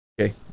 Okay